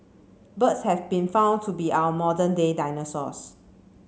birds have been found to be our modern day dinosaurs